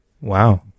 Wow